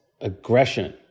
aggression